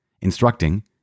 Instructing